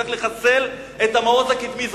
צריך לחסל את המעוז הקדמי.